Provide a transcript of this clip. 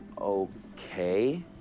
Okay